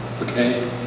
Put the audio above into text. Okay